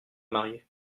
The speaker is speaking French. marié